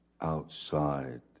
outside